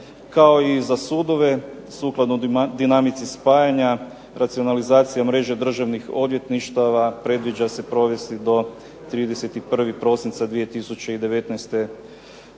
Kao i za sudove sukladno dinamici spajanja, racionalizacija mreže državnih odvjetništava predviđa se provesti do 31. prosinca 2019. godine.